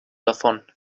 davon